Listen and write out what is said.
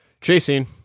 Chasing